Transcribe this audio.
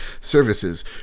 services